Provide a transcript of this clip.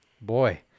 boy